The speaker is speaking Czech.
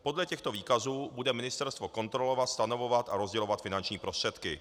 Podle těchto výkazů bude ministerstvo kontrolovat, stanovovat a rozdělovat finanční prostředky.